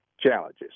challenges